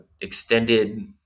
extended